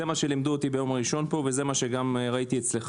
זה מה שלימדו אותי פה ביומי הראשון וזה מה שראיתי אצלך,